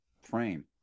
frame